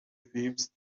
فیبز